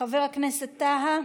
חבר הכנסת טאהא?